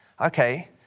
Okay